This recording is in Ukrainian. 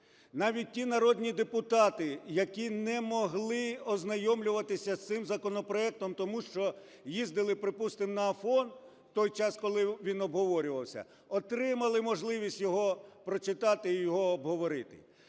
Навіть ті народні депутати, які не могли ознайомлюватися з цим законопроектом, тому що їздили, припустимо, на Афон, в той час, коли він обговорювався, отримали можливість його прочитати і його обговорити.